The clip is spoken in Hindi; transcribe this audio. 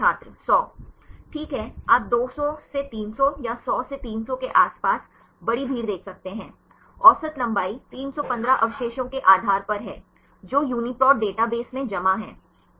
छात्र 100 ठीक है आप 200 से 300 या 100 से 300 के आसपास बड़ी भीड़ देख सकते हैं औसत लंबाई 315 अवशेषों के आधार पर है जो UniProt डेटाबेस में जमा है